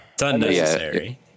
unnecessary